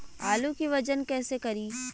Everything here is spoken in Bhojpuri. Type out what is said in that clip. आलू के वजन कैसे करी?